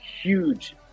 huge